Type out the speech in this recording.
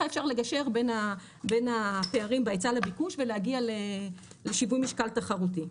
אפשר לגשר בין הפערים בהיצע לביקוש ולהגיע לשיווי משקל תחרותי.